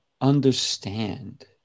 understand